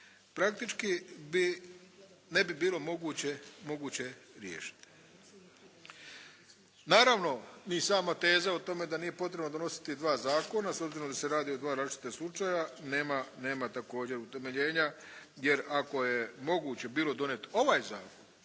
praktički ne bi bilo moguće riješiti. Naravno ni sama teza o tome da nije potrebno donositi dva zakona s obzirom da se radi o dva različita slučaja, nema također utemeljenja, jer ako je moguće bilo donijeti ovaj zakon